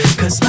Cause